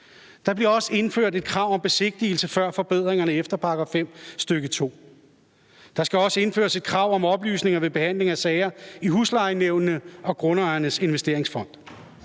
Der bliver også indført et krav om besigtigelse før forbedringerne efter § 5, stk. 2. Der skal også indføres et krav om oplysninger ved behandling af sager i huslejenævnene og grundejernes investeringsfond.